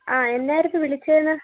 ആ എന്തായിരുന്നു വിളിച്ചതെന്ന്